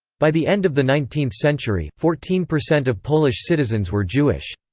by the end of the nineteenth century, fourteen percent of polish citizens were jewish.